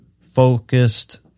focused